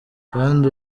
kandi